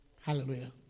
Hallelujah